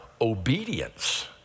obedience